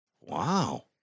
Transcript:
Wow